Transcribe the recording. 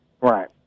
Right